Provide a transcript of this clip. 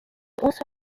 also